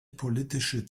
politische